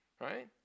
right